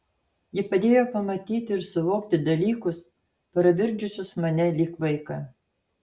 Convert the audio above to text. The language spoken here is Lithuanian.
ji padėjo pamatyti ir suvokti dalykus pravirkdžiusius mane lyg vaiką